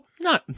No